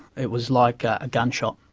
it was like a gunshot.